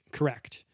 Correct